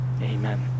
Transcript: Amen